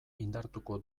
indartuko